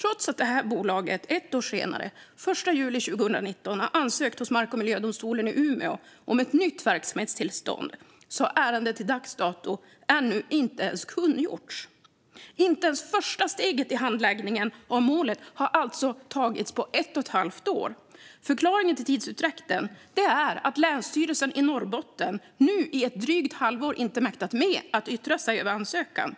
trots att bolaget ett år senare, den 1 juli 2019, har ansökt hos Mark och miljödomstolen i Umeå om ett nytt verksamhetstillstånd har ärendet till dags dato ännu inte ens kungjorts. Inte ens det första steget i handläggningen av målet har alltså tagits på ett och ett halvt år. Förklaringen till tidsutdräkten är att Länsstyrelsen i Norrbotten nu i ett drygt halvår inte mäktat med att yttra sig över ansökan.